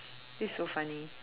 this is so funny